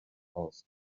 aus